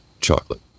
chocolate